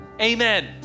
Amen